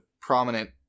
prominent